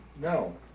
No